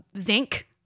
Zinc